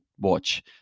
watch